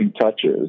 touches